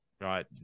right